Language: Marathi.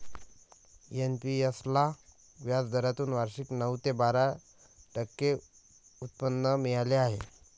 एन.पी.एस ला व्याजदरातून वार्षिक नऊ ते बारा टक्के उत्पन्न मिळाले आहे